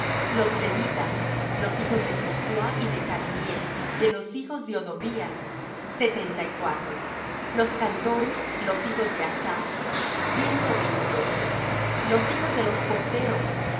los levitas los hijos de jesuá y de cadmiel de los hijos de odovías setenta y cuatro los cantores los hijos de asaph ciento veinte y ocho los hijos de los porteros